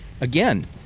again